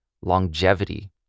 longevity